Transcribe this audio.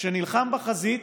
שנלחם בחזית,